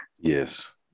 Yes